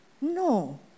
No